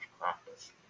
practice